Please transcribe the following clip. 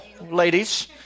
ladies